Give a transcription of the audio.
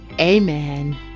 Amen